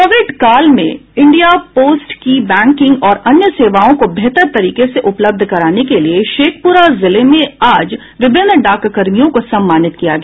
Covid काल में India post की बैंकिंग और अन्य सेवाओं को बेहतर तरीके से उपलब्ध कराने के लिए शेखपुरा जिले में आज विभिन्न डाक कर्मियों को सम्मानित किया गया